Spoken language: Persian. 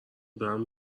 برم